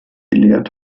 lehrt